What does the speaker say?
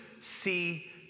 see